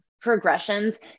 progressions